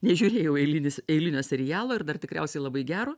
nežiūrėjau eilinis eilinio serialo ir dar tikriausiai labai gero